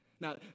Now